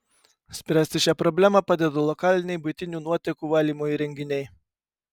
spręsti šią problemą padeda lokaliniai buitinių nuotekų valymo įrenginiai